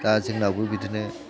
दा जोंनाबो बिदिनो